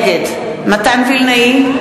נגד מתן וילנאי,